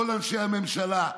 כל אנשי הממשלה,